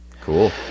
Cool